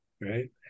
right